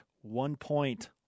one-point